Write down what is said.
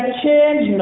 change